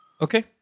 Okay